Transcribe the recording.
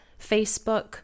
Facebook